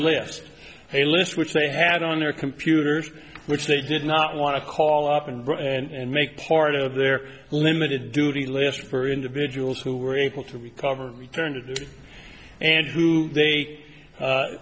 list a list which they had on their computers which they did not want to call up and go and make part of their limited duty list for individuals who were able to recover return to duty and who they a